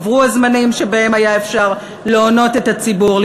עברו הזמנים שבהם היה אפשר להונות את הציבור,